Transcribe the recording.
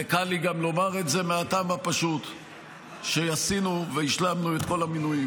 וגם קל לי לומר את זה מהטעם הפשוט שעשינו והשלמנו את כל המינויים,